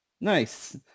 nice